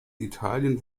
italien